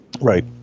Right